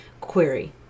query